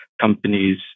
companies